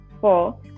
four